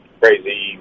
crazy